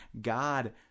God